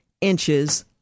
inches